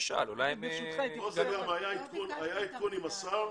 היה עדכון עם השר,